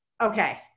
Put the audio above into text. Okay